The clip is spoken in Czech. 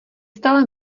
stále